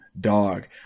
dog